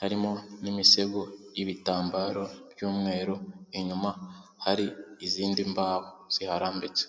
harimo n'imisego y'ibitambaro by'umweru, inyuma hari izindi mbaho ziharambitse.